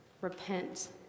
Repent